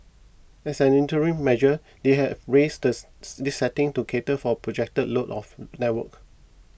as an interim measure they have raised the this setting to cater for projected load of network